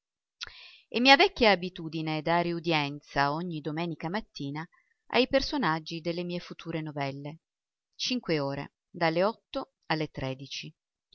è mia vecchia abitudine dare udienza ogni domenica mattina ai personaggi delle mie future novelle cinque ore dalle otto alle tredici